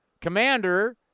Commander